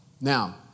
Now